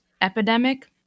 epidemic